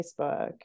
Facebook